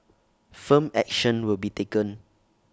firm action will be taken